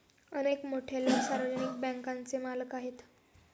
अनेक मोठे लोकं सार्वजनिक बँकांचे मालक आहेत